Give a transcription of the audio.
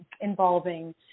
involving